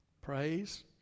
Praise